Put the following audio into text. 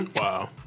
Wow